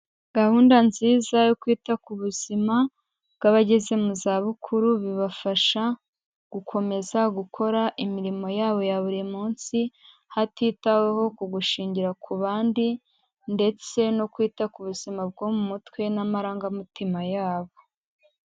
Gahunda nziza yo kwita ku buzima bw'abageze mu zabukuru, bibafasha gukomeza gukora imirimo yabo ya buri munsi, hatitaweho ku kugushingira ku bandi ndetse no kwita ku buzima bwo mu mutwe n'amarangamutima yabo.